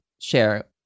share